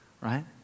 Right